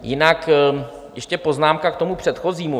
Jinak ještě poznámka k tomu předchozímu.